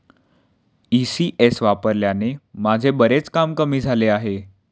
ECS वापरल्याने माझे बरेच काम कमी झाले आहे